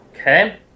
Okay